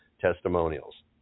testimonials